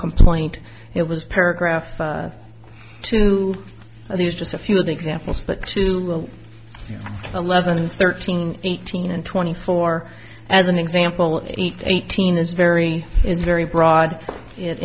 complaint it was paragraph two of these just a few of the examples but two eleven thirteen eighteen and twenty four as an example eighteen is very is very broad it